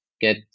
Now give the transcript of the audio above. get